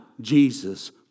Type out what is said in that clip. Jesus